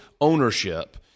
ownership